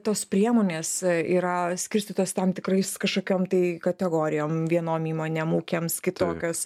tos priemonės yra skirstytos tam tikrais kažkokiom tai kategorijom vienom įmonėm ūkiams kitokios